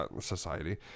society